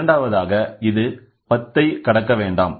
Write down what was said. இரண்டாவதாக இது 10 ஐ கடக்க வேண்டாம்